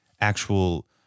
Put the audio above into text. actual